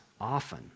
often